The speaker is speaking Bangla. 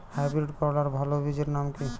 হাইব্রিড করলার ভালো বীজের নাম কি?